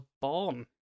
born